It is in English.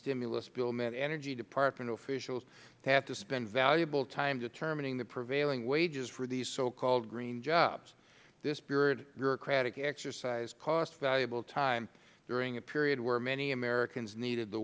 stimulus bill meant energy department officials have to spend valuable time determining the prevailing wages for these so called green jobs this bureaucratic exercise cost valuable time during a period where many americans needed the